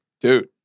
Dude